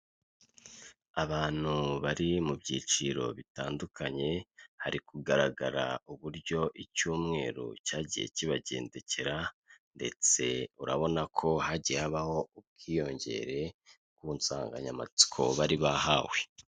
Abantu bari mu byiciro bitandukanye hari kugaragara uburyo icyumweru cyagiye kibagendekera, ndetse urabona ko hagiye habaho ubwiyongere ku nsanganyamatsiko bari bahawe.